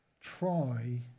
try